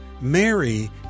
Mary